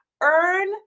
earn